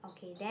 okay then